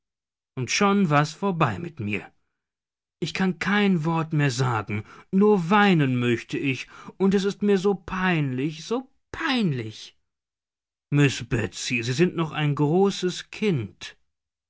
und schon war's vorbei mit mir ich kann kein wort mehr sagen nur weinen möchte ich und es ist mir so peinlich so peinlich miß betsy sie sind noch ein großes kind